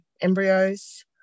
embryos